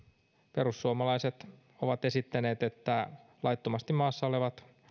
perussuomalaiset ovat esittäneet että laittomasti maassa olevat